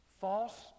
False